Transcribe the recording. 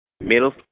Middle